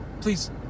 please